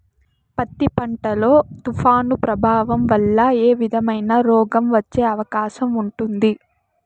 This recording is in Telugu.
పత్తి పంట లో, తుఫాను ప్రభావం వల్ల ఏ విధమైన రోగం వచ్చే అవకాశం ఉంటుంది?